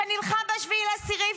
שנלחם ב-7 באוקטובר,